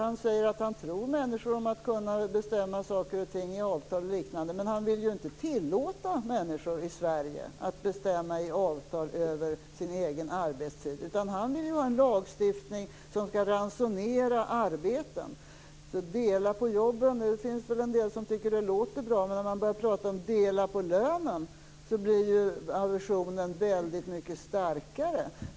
Han säger att han tror människor om att kunna bestämma saker och ting i avtal och liknande, men han vill inte tillåta människor i Sverige att i avtal bestämma över sin egen arbetstid. Han vill ha en lagstiftning som skall ransonera arbeten. Det finns väl en del som tycker att det låter bra att dela på jobben, men när man börja tala om att dela på lönen blir aversionen väldigt mycket starkare.